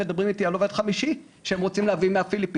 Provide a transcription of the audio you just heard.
מדברים איתי על עובד חמישי שהם רוצים להביא מהפיליפינים,